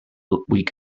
week